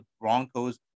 broncos